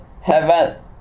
heaven